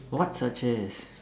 what searches